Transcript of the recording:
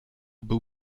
był